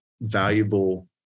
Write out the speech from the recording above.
valuable